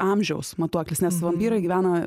amžiaus matuokis nes vampyrai gyvena